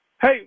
Hey